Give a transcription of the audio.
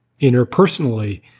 interpersonally